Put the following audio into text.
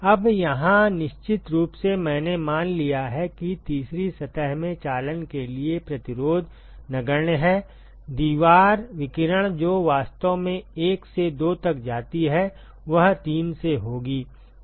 अब यहाँ निश्चित रूप से मैंने मान लिया है कि तीसरी सतह में चालन के लिए प्रतिरोध नगण्य है दीवार विकिरण जो वास्तव में 1 से 2 तक जाती है वह 3 से होगी